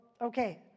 okay